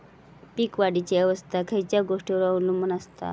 पीक वाढीची अवस्था खयच्या गोष्टींवर अवलंबून असता?